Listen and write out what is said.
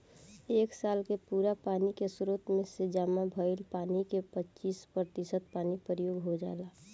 एक साल के पूरा पानी के स्रोत में से जामा भईल पानी के पच्चीस प्रतिशत पानी प्रयोग हो जाला